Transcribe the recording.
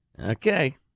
Okay